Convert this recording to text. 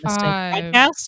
five